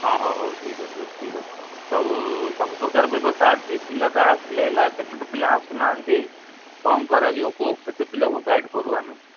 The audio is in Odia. ହଁ ହଉ ହଉ ଠିକ୍ ଅଛି ଠିକ୍ ଅଛି ସବୁ ସବୁ ପ୍ରକାର ବ୍ୟବସ୍ଥା ଅଛି ପିଲା ତ ଆସିଲେ ହେଲା କେତେ ତ ପିଲା ଆସୁନାହାନ୍ତି କ'ଣ କରାଯିବ କୁହ କେତେ ପିଲାକୁ ଗାଇଡ଼ କରୁ ଆମେ